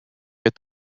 est